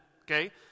Okay